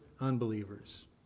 unbelievers